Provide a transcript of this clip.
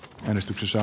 rynnistyksessä